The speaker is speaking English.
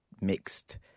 mixed